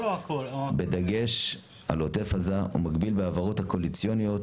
בדגש על עוטף עזה ומקביל בהעברות קואליציוניות